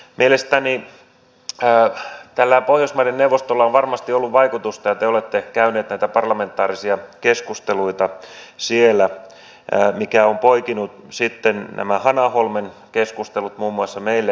mielestäni tällä pohjoismaiden neuvostolla on varmasti ollut vaikutusta ja te olette käyneet näitä parlamentaarisia keskusteluita siellä mikä on poikinut sitten nämä hanaholmen keskustelut muun muassa meille tänne suomeen